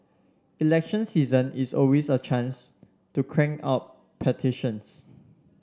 election season is always a chance to crank out petitions